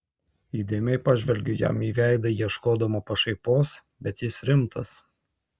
įdėmiai pažvelgiu jam į veidą ieškodama pašaipos bet jis rimtas